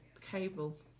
cable